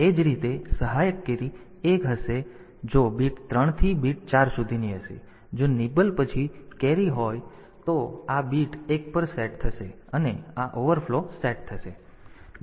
તેથી જો નિબલ પછી જો કેરી હશે તો આ બીટ એક પર સેટ થશે અને આ ઓવરફ્લો સેટ થશે